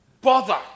bother